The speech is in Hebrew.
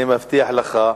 אני מבטיח לך,